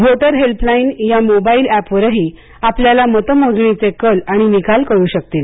voter helpline या मोबाईला एपवरही आपल्याला मतमोजणीचे काल आणि निकाल कळू शकतील